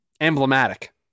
emblematic